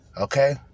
Okay